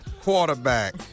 Quarterback